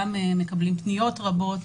גם מקבלים פניות רבות,